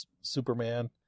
Superman